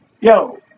yo